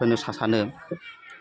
होनो सा सानो